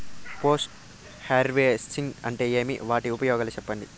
Post harvesting అంటే ఏమి? వాటి ఉపయోగాలు చెప్పండి?